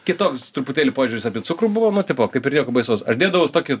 kitoks truputėlį požiūris apie cukrų buvo nu tipo kaip ir nieko baisaus aš dėdavaus tokį